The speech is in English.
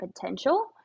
potential